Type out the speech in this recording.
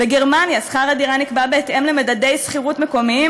בגרמניה שכר הדירה נקבע בהתאם למדדי שכירות מקומיים